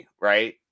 right